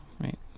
Right